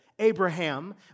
Abraham